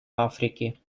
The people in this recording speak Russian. африки